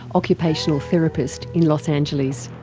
occupational therapist in los angeles.